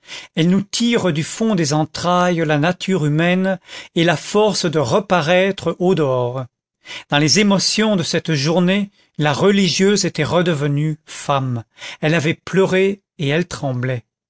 elles nous tirent du fond des entrailles la nature humaine et la forcent de reparaître au dehors dans les émotions de cette journée la religieuse était redevenue femme elle avait pleuré et elle tremblait